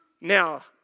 Now